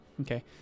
Okay